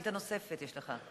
שאילתא נוספת יש לך,